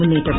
മുന്നേറ്റം